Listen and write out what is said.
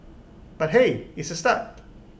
but hey it's A start